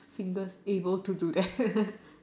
singles able to do that